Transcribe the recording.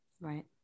Right